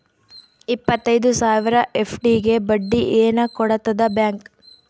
ಇಪ್ಪತ್ತೈದು ಸಾವಿರ ಎಫ್.ಡಿ ಗೆ ಬಡ್ಡಿ ಏನ ಕೊಡತದ ಬ್ಯಾಂಕ್?